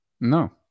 No